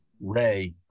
Ray